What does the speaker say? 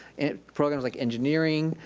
and programs like engineering,